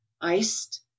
iced